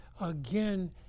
again